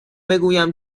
بگویم